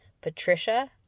Patricia